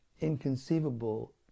inconceivable